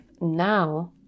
now